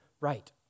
right